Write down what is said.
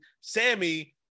Sammy